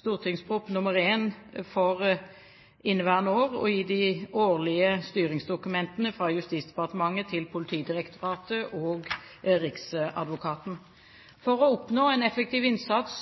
for 2010–2011 og i de årlige styringsdokumentene fra Justisdepartementet til Politidirektoratet og riksadvokaten. For å oppnå en effektiv innsats